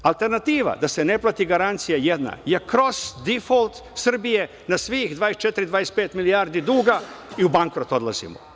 Alternativa da se ne plati garancija jedna je kroz difolt Srbije, da svih 24, 25 milijardi duga i u bankrot odlazimo.